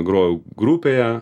grojau grupėje